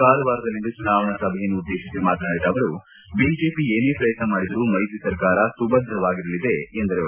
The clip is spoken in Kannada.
ಕಾರವಾರದಲ್ಲಿಂದು ಚುನಾವಣಾ ಸಭೆಯನ್ನುದ್ದೇಶಿಸಿ ಮಾತನಾಡಿದ ಅವರು ಬಿಜೆಪಿ ಏನೇ ಪ್ರಯತ್ನ ಮಾಡಿದರು ಮೈತ್ರಿ ಸರ್ಕಾರ ಸುಭದ್ರವಾಗಿರಲಿದೆ ಎಂದರು